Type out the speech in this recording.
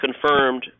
confirmed